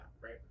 right